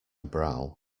brow